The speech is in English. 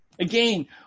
Again